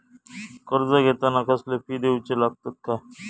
कर्ज घेताना कसले फी दिऊचे लागतत काय?